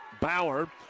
Bauer